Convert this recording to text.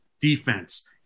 defense